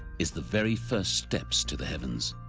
is the very first steps to the heavens.